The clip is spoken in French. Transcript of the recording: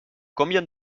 combien